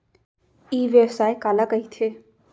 ई व्यवसाय काला कहिथे?